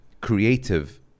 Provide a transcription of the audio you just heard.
Creative